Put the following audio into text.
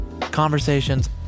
Conversations